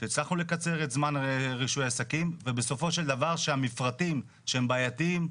שהצלחנו לקצר את זמן רישוי העסקים ובסופו של דבר שמפרטים שהם בעייתיים,